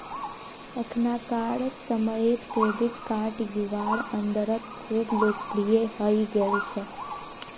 अखनाकार समयेत credit card युवार अंदरत खूब लोकप्रिये हई गेल छेक